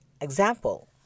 example